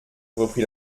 reprit